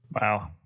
Wow